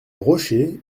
rocher